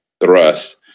thrust